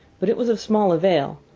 but it was of small avail.